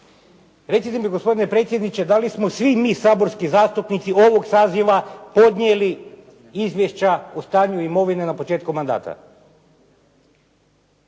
Recite mi gospodine predsjedniče da li smo svi mi saborski zastupnici ovog saziva podnijeli izvješća o stanju imovine na početku mandata?